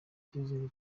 icyizere